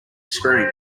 screen